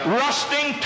rusting